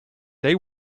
they